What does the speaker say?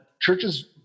churches